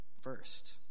first